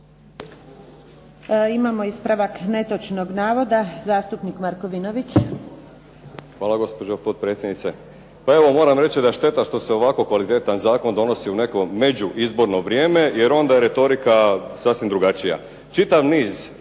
Imamo ispravak netočnog navoda, zastupnik Markovinović. **Markovinović, Krunoslav (HDZ)** Hvala gospođo potpredsjednice. Pa evo moram reći da je šteta što se ovako kvalitetan zakon donosi u neko među izborno vrijeme, jer onda je retorika sasvim drugačija. Čitav niz